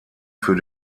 für